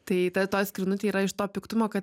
tai ta toj skrynutėj yra iš to piktumo kad